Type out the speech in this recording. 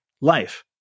life